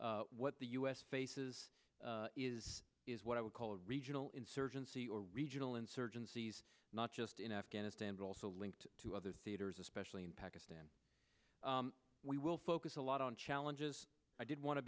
issue what the u s faces is is what i would call a regional insurgency or regional insurgencies not just in afghanistan but also linked to other theaters especially in pakistan we will focus a lot on challenges i did want to